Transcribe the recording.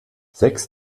sechs